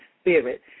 spirit